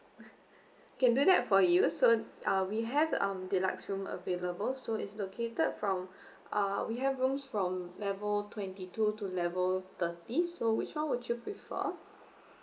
can do that for you so uh we have um deluxe room available so it's located from uh we have rooms from level twenty two to level thirty so which [one] would you prefer